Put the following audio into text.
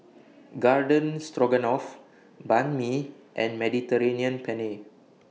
Garden Stroganoff Banh MI and Mediterranean Penne